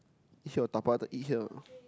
eat here or dabao eat here